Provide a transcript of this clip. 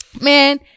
man